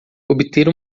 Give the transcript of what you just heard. obter